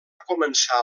començar